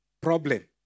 problem